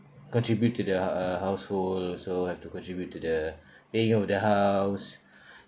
contribute to the uh household also have to contribute to the paying of the house